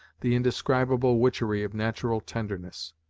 the indescribable witchery of natural tenderness.